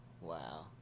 Wow